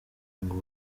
ngo